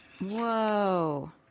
whoa